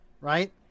right